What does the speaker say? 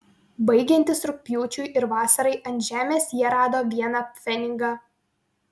baigiantis rugpjūčiui ir vasarai ant žemės jie rado vieną pfenigą